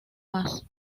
más